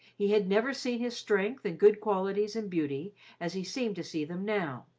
he had never seen his strength and good qualities and beauty as he seemed to see them now.